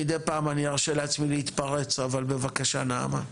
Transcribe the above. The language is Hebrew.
מידי פעם אני ארשה לעצמי להתפרץ אז בבקשה נעמה.